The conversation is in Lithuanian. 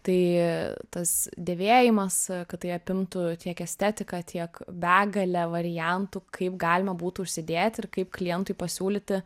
tai tas dėvėjimas kad tai apimtų tiek estetiką tiek begalę variantų kaip galima būtų užsidėt ir kaip klientui pasiūlyti